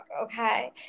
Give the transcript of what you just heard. okay